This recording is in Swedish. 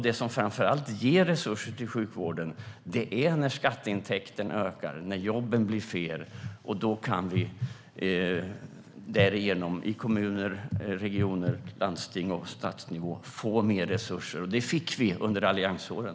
Det som framför allt ger resurser till sjukvården är när skatteintäkten ökar och när jobben blir fler. Därigenom kan vi i kommuner, regioner och landsting och på statsnivå få mer resurser. Det fick vi under alliansåren.